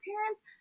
parents